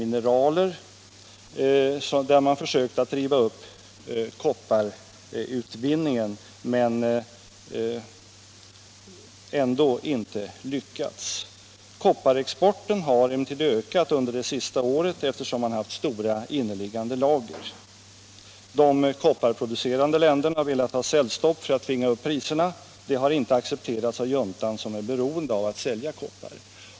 Man har visserligen försökt driva upp kopparutvinningen, men man har inte lyckats. Kopparexporten har emellertid ökat under det senaste året, eftersom man haft stora inneliggande lager. De kopparproducerande länderna har velat ha säljstopp för att tvinga upp priserna. Det har inte accepterats av juntan, som är beroende av att sälja koppar.